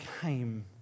came